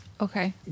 Okay